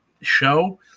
show